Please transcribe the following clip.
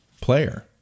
player